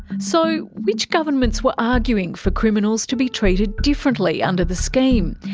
so which governments were arguing for criminals to be treated differently under the scheme?